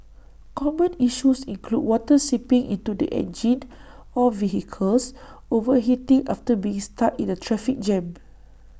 common issues include water seeping into the engine or vehicles overheating after being stuck in A traffic jam